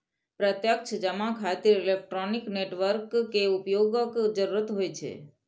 प्रत्यक्ष जमा खातिर इलेक्ट्रॉनिक नेटवर्क के उपयोगक जरूरत होइ छै